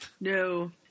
No